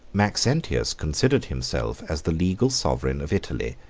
maxentius considered himself as the legal sovereign of italy,